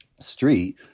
street